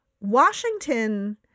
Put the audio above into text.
Washington